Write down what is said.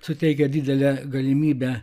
suteikia didelę galimybę